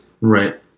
right